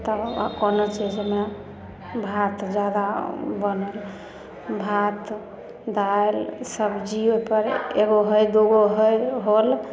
तब आ कोनो चीजमे भात जादा बनल भात दालि सब्जीयो पर एगो होइ दूगो होइ होल